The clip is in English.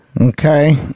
okay